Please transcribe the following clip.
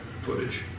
footage